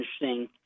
interesting